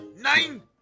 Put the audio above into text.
nine